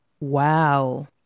Wow